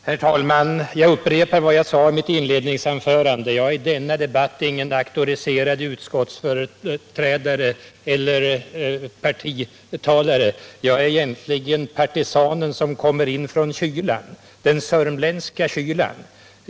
Herr talman! Jag upprepar vad jag sade i mitt inledningsanförande. I denna debatt är jag ingen auktoriserad utskottsföreträdare eller partitalare. Egentligen är jag partisanen som kommer in från den sörmländska kylan.